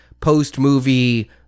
post-movie